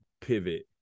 pivot